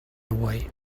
away